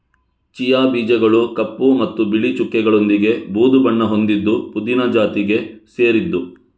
chia ಬೀಜಗಳು ಕಪ್ಪು ಮತ್ತು ಬಿಳಿ ಚುಕ್ಕೆಗಳೊಂದಿಗೆ ಬೂದು ಬಣ್ಣ ಹೊಂದಿದ್ದು ಪುದೀನ ಜಾತಿಗೆ ಸೇರಿದ್ದು